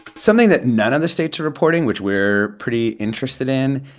something that none of the states are reporting, which we're pretty interested in,